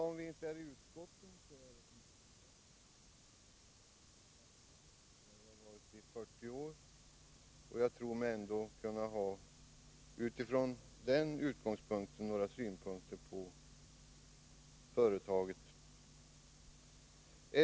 Om vi inte är med i utskotten, är åtminstone jag vid järnvägen, där jag har varit i 40 år. Från den utgångspunkten tror jag mig ha några synpunkter på företaget.